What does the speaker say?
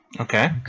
Okay